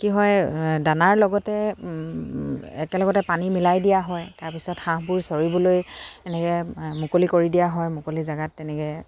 কি হয় দানাৰ লগতে একেলগতে পানী মিলাই দিয়া হয় তাৰপিছত হাঁহবোৰ চৰিবলৈ এনেকে মুকলি কৰি দিয়া হয় মুকলি জেগাত তেনেকে